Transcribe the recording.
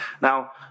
Now